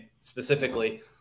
specifically